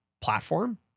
platform